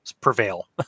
prevail